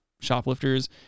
shoplifters